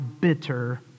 bitter